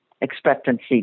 expectancy